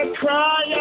cry